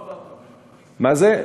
לא עבדת, מה זה?